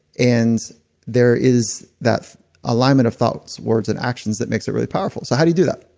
and there is that alignment of thoughts, words, and actions that makes it really powerful. so how do you do that?